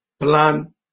plan